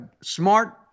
smart